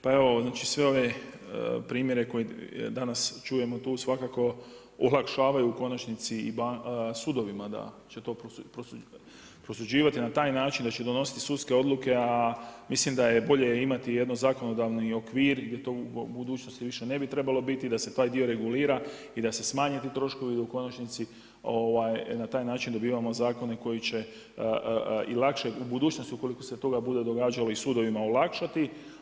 Pa evo znači svi one primjere koje danas čujemo tu svakako olakšavaju u konačnici i sudovima da će to prosuđivati na taj način da će donositi sudske odluke, a mislim da je bolje imati jedan zakonodavni okvir gdje to u budućnosti više ne bi trebalo biti, da se taj dio regulira i da se smanje ti troškovi u konačnici, na taj način dobivamo zakone koji će i lakše u budućnosti ukoliko se toga bude događalo i sudovima olakšati.